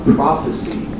prophecy